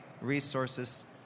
resources